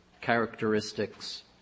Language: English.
characteristics